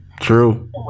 true